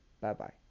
Bye-bye